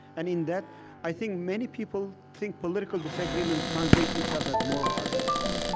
and in that i think many people think political disagreement translates itself as moral arguments